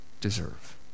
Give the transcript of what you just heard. deserve